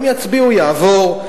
הם יצביעו, יעבור.